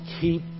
keep